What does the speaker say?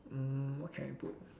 mm what can I put